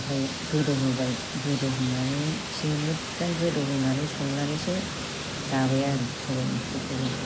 ओमफ्राय गौदौ होबाय गोदौहोनानै एसे मोजां गोदौहोनानै संनानैसो जाबाय आरो सबाय ओंख्रिखौबो